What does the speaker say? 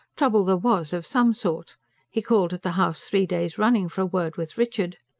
trouble there was, of some sort he called at the house three days running for a word with richard.